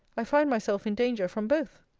i find myself in danger from both.